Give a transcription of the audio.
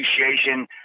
appreciation